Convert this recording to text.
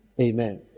Amen